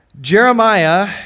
Jeremiah